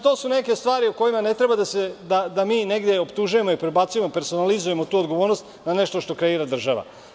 To su neke stvari o kojima ne treba da mi negde optužujemo i prebacujemo personalizujemo tu odgovornost na nešto što kreira država.